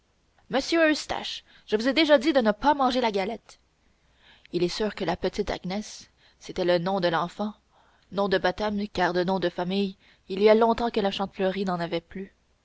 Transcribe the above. monsieur eustache je vous ai déjà dit de ne pas manger la galette il est sûr que la petite agnès cétait le nom de l'enfant nom de baptême car de nom de famille il y a longtemps que la chantefleurie n'en avait plus